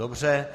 Dobře.